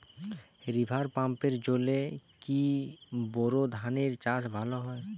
River পাম্পের জলে কি বোর ধানের চাষ ভালো হয়?